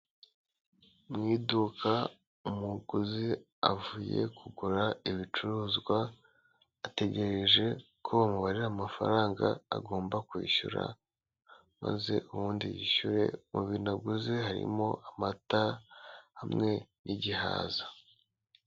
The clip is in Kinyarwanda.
Mu iduka umuguzi avuye kugura ibicuruzwa, ategereje ko umubare w'amafaranga agomba kwishyura, maze ubundi yishyure mubintu aguze harimo amata hamwe n'igihaza.